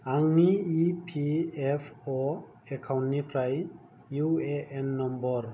आंनि E P F अ एकाउन्टनिफ्राय इउ ए एन नम्बर